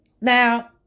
Now